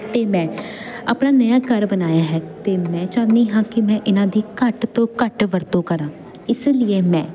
ਅਤੇ ਮੈਂ ਆਪਣਾ ਨਵਾਂ ਘਰ ਬਣਾਇਆ ਹੈ ਅਤੇ ਮੈਂ ਚਾਹੁੰਦੀ ਹਾਂ ਕਿ ਮੈਂ ਇਹਨਾਂ ਦੀ ਘੱਟ ਤੋਂ ਘੱਟ ਵਰਤੋਂ ਕਰਾਂ ਇਸ ਲੀਏ ਮੈਂ